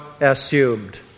assumed